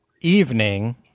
evening